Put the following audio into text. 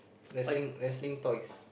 wrestling wrestling toys